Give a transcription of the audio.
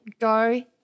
go